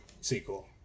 sequel